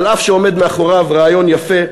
אף שעומד מאחוריו רעיון יפה,